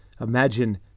imagine